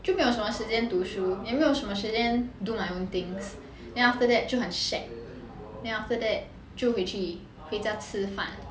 就没有什么时间读书也没有什么时间 do my own things then after that 就很 shag then after that 就回去回家吃饭